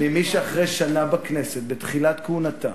ממי שאחרי שנה בכנסת, בתחילת כהונתה,